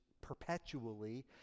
perpetually